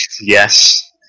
Yes